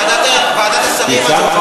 ועדת השרים הזאת,